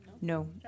No